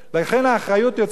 ואני רוצה לומר עוד משהו.